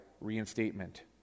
reinstatement